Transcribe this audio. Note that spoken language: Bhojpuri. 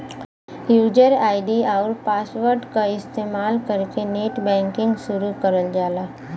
यूजर आई.डी आउर पासवर्ड क इस्तेमाल कइके नेटबैंकिंग शुरू करल जाला